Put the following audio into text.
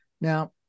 Now